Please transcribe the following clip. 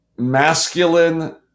masculine